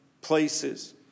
places